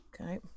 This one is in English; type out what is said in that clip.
Okay